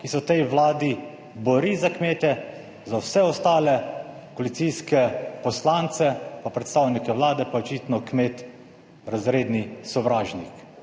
ki se v tej Vladi bori za kmete, za vse ostale koalicijske poslance pa predstavnike Vlade pa očitno kmet razredni sovražnik.